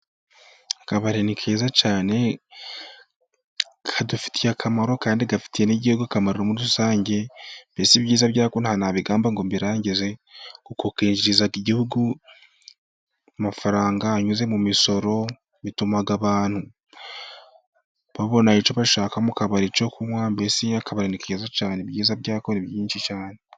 Akabari ni keza cyane, kadufitiye akamaro, kandi gafitiye n'igihugu akamaro muri rusange, mbese ibyiza byako ntabwo ntabigamba ngo mbirangize, kuko kinjiriza igihugu amafaranga anyuze mu misoro, bituma abantu babona icyo bashaka mu kabari cyo kunywa, mbesi akabari ni keza cyane, ibyiza byako ni byinshi cyane.